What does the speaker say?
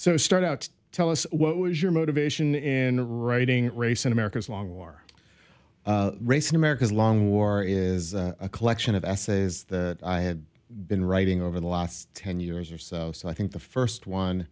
so start out tell us what was your motivation in writing race in america's long war race in america's long war is a collection of essays that i had been writing over the last ten years or so so i think the first